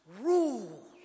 rule